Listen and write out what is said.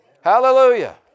Hallelujah